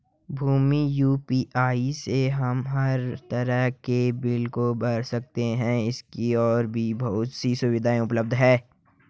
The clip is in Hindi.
भीम यू.पी.आई से हम हर तरह के बिल को भर सकते है, इसकी और भी बहुत सी सुविधाएं उपलब्ध है